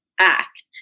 act